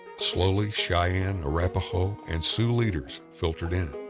slowly cheyenne, arapaho and sioux leaders filtered in.